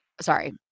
sorry